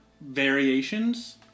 variations